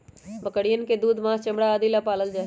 बकरियन के दूध, माँस, चमड़ा आदि ला पाल्ल जाहई